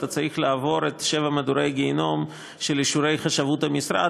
אתה צריך לעבור שבעת מדורי גיהינום של אישורי חשבות המשרד,